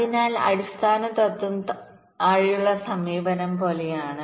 അതിനാൽ അടിസ്ഥാന തത്വം താഴെയുള്ള സമീപനം പോലെയാണ്